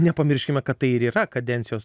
nepamirškime kad tai ir yra kadencijos